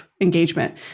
engagement